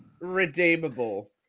redeemable